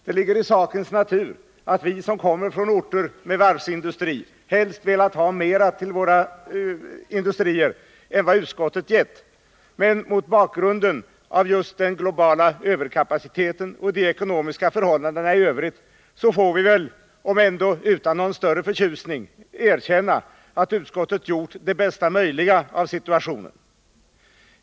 Det ligger i sakens natur att vi som kommer från orter med varvsindustri helst velat ha mera till våra industrier än vad utskottet givit. Men mot bakgrund av just den globala överkapaciteten och de ekonomiska förhållandena i övrigt får vi väl, om än utan någon större förtjusning, erkänna att utskottet gjort det bästa möjliga av situationen.